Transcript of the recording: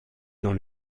dans